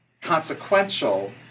consequential